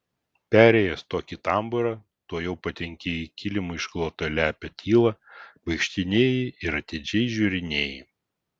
perėjęs tokį tambūrą tuojau patenki į kilimu išklotą lepią tylą vaikštinėji ir atidžiai žiūrinėji